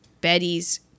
Betty's